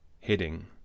heading